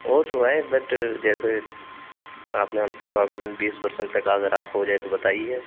वो तो है बट जैसे आप यहाँ थोड़ा बीस परसेंट तक अगर आफ हो जाए तो बताइए